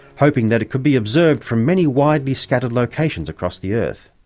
hoping that it could be observed from many widely scattered locations across the earth.